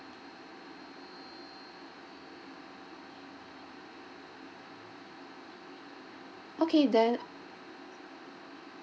okay then